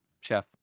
chef